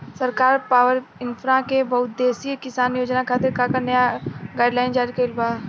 सरकार पॉवरइन्फ्रा के बहुउद्देश्यीय किसान योजना खातिर का का नया गाइडलाइन जारी कइले बा?